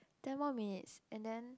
ten more minutes and then